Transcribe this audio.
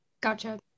Gotcha